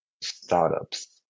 startups